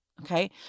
Okay